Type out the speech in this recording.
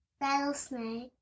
Rattlesnake